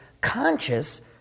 conscious